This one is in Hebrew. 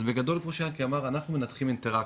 אז בגדול כמו שיענקי אמר אנחנו מנתחים אינטרקציות,